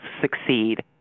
succeed